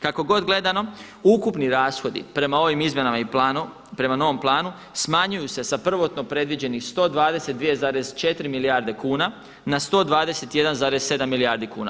Kako god gledano ukupni rashodi prema ovim izmjenama i planu, prema novom planu smanjuju se sa prvotno predviđenih 122,4 milijarde kuna na 121,7 milijardi kuna.